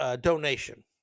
donation